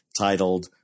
titled